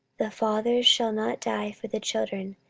the fathers shall not die for the children,